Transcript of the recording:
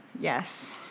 Yes